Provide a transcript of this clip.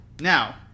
Now